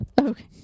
okay